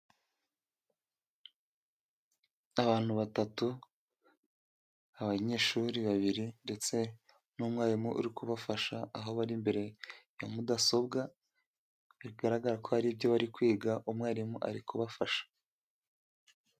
Abantu batatu abanyeshuri babiri ndetse n'umwarimu uri kubafasha, aho bari imbere ya mudasobwa, bigaragara ko hari ibyo bari kwiga umwarimu ari kubafasha.